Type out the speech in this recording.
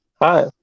Hi